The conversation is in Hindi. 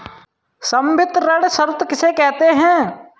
संवितरण शर्त किसे कहते हैं?